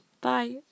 Bye